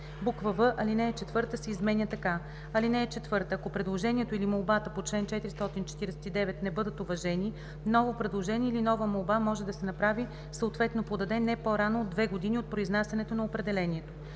в) алинея 4 се изменя така: „(4) Ако предложението или молбата по чл. 449 не бъдат уважени, ново предложение или нова молба може да се направи, съответно подаде, не по-рано от две години от произнасянето на определението.“